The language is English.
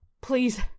please